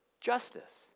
justice